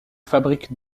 fabrique